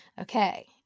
Okay